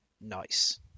nice